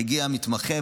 מגיע מתמחה,